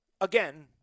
Again